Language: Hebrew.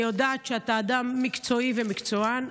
אני יודעת שאתה אדם מקצועי ומקצוען.